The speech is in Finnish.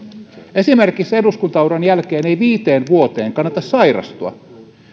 eduskuntauran jälkeen ei esimerkiksi viiteen vuoteen kannata sairastua